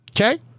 Okay